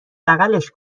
بغلش